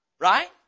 Right